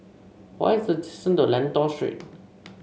what is the distance to Lentor Street